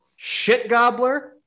Shitgobbler